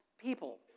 people